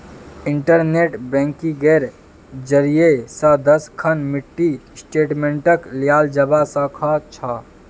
internet बैंकिंगेर जरियई स दस खन मिनी स्टेटमेंटक लियाल जबा स ख छ